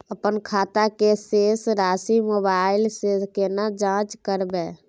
अपन खाता के शेस राशि मोबाइल से केना जाँच करबै?